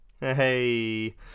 Hey